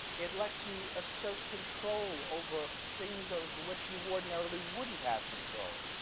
it lets you assert control over things over which you ordinarily wouldn't have control.